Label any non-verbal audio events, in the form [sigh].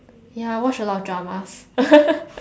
ya I watch a lot of dramas [laughs]